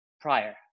prior